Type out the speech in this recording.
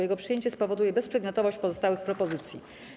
Jego przyjęcie spowoduje bezprzedmiotowość pozostałych propozycji.